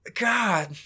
god